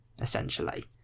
essentially